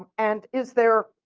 and is there